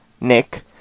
Nick